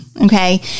Okay